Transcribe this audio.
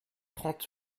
trente